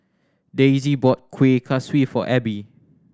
Dayse bought Kueh Kaswi for Abbey